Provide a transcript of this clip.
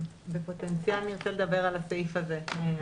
אני ארצה לדבר על הסעיף הזה.